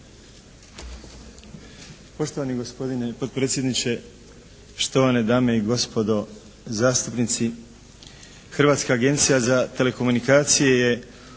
Poštovani gospodine potpredsjedniče, štovane dame i gospodo zastupnici. Hrvatska agencija za telekomunikacije u